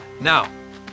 Now